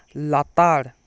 ᱞᱟᱛᱟᱨ